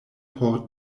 por